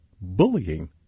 bullying